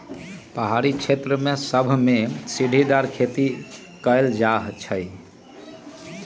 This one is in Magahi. पहारी क्षेत्र सभमें सीढ़ीदार खेती कएल जाइ छइ